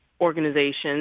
organizations